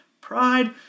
pride